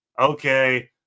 okay